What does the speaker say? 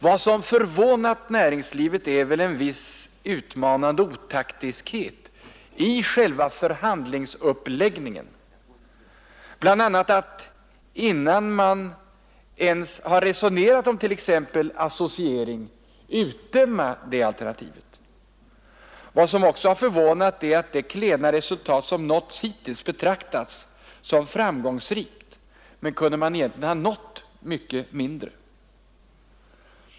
Vad som förvånat näringslivet är väl en viss utmanande otaktiskhet i själva förhandlingsuppläggningen, bl.a. att innan man ens har resonerat om t.ex. associering utdöma det alternativet. Vad som också har förvånat är att det klena resultat som nåtts hittills har betraktats som framgångsrikt — men kunde man egentligen ha nått mycket mindre?